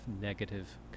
negative